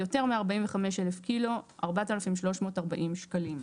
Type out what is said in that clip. יותר מ-45,000 - 4,340 שקלים.